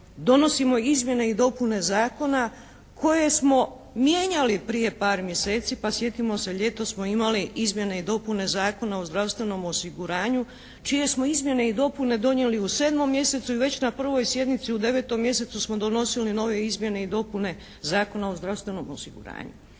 donosimo izmjene i dopune zakona koje smo mijenjali prije par mjeseci. Pa sjetimo se ljetos smo imali izmjene i dopune Zakona o zdravstvenom osiguranju čije smo izmjene i dopune donijeli u 7. mjesecu i već na pravoj sjednici u 9. mjesecu smo donosili nove izmjene i dopune Zakona o zdravstvenom osiguranju.